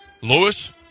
Lewis